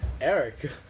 Eric